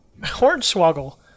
Hornswoggle